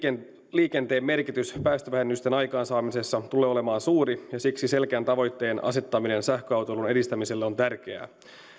liikenteen merkitys päästövähennysten aikaansaamisessa tulee olemaan suuri ja siksi selkeän tavoitteen asettaminen sähköautoilun edistämiselle on tärkeää